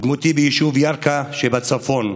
דמותי ביישוב ירכא שבצפון,